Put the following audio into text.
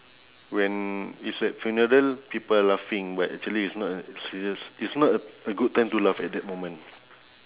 when it's at funeral people laughing but actually it's not a serious it's not a a good time to laugh at that moment